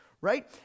right